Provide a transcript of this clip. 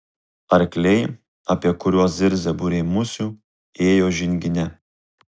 arkliai apie kuriuos zirzė būriai musių ėjo žingine